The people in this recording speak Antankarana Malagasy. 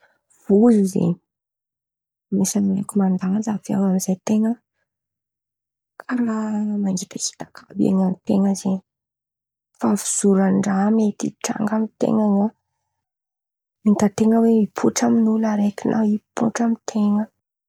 Vozo zen̈y, misy raha raiky mandalo, misy raha raiky mandalo de avy eo amy izay ten̈a karàha mangitakitaka àby ain̈an-ten̈a zen̈y. Fahavozon-draha mety hitranga amy ten̈a na hitan-ten̈a oe hipoitra amy olo araiky na hipoitra amy ten̈a.